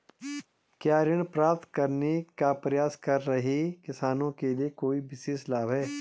क्या ऋण प्राप्त करने का प्रयास कर रहे किसानों के लिए कोई विशेष लाभ हैं?